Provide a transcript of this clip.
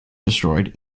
destroyed